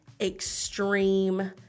extreme